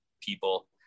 people